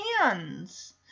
hands